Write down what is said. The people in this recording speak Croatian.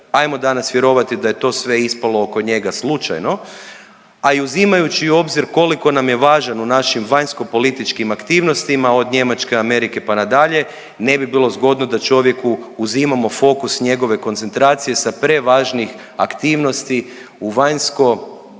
ajmo danas vjerovati da je to sve ispalo oko njega slučajno, a i uzimajući u obzir koliko nam je važan u našim vanjsko političkim aktivnostima od Njemačke, Amerike pa na dalje, ne bi bilo zgodno da čovjeku uzimamo fokus njegove koncentracije sa prevažnih aktivnosti u vanjsko političkom renomeu